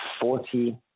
Forty